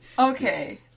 Okay